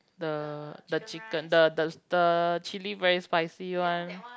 the the chicken the the the chili very spicy one